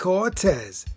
Cortez